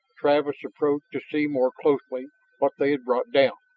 travis approached to see more closely what they had brought down.